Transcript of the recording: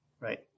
right